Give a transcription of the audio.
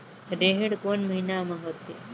रेहेण कोन महीना म होथे?